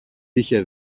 είχε